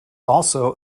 also